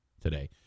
today